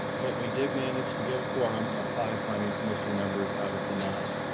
but we did manage to get a quorum of five planning commission members out of the nine.